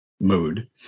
mood